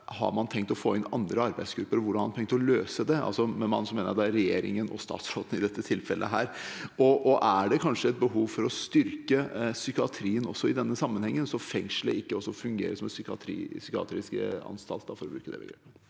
Har man tenkt å få inn andre arbeidsgrupper, og hvordan har man tenkt å løse det? Med «man» mener jeg regjeringen og statsråden i dette tilfellet. Er det kanskje et behov for å styrke psykiatrien i denne sammenhengen, slik at fengselet ikke fungerer som en psykiatrisk anstalt, for å bruke det ordet?